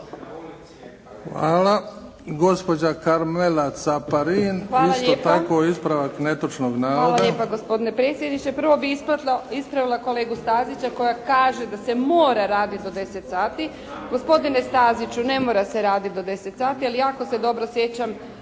Hvala. Gospođa Karmela Caparin, isto tako ispravak netočnog navoda. **Caparin, Karmela (HDZ)** Hvala lijepo gospodine predsjedniče. Prvo bih ispravila kolegu Stazića koji kaže da se mora raditi do 10 sati. Gospodine Staziću, ne mora se raditi do 10 sati, ali jako se dobro sjećam